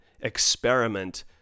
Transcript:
experiment